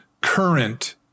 current